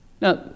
Now